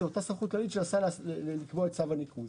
זו אותה סמכות כללית של השר לקבוע את צו הניקוז.